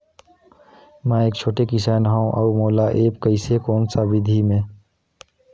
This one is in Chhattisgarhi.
मै एक छोटे किसान हव अउ मोला एप्प कइसे कोन सा विधी मे?